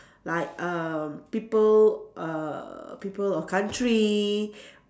like um people err people or country